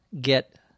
get